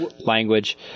language